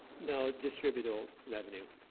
no, distributable revenue.